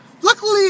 Luckily